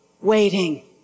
waiting